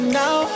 now